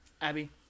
Abby